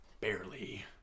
Barely